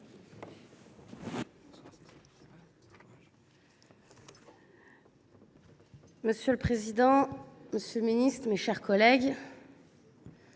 Monsieur le président, monsieur le ministre, mes chers collègues,